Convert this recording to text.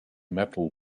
metal